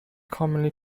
commonly